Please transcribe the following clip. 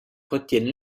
retiennent